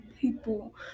people